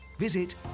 Visit